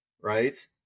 right